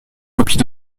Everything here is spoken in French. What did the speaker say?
copies